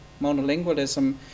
monolingualism